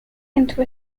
into